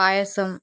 పాయసం